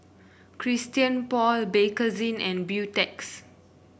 Christian Paul Bakerzin and Beautex